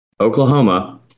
Oklahoma